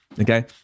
Okay